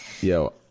Yo